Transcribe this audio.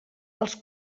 els